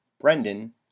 Brendan